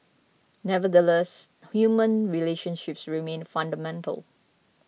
nevertheless human relationships remain fundamental